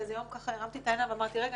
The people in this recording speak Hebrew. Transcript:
ואיזה יום הרמתי את העיניים ואמרתי: רגע,